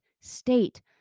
state